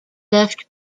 left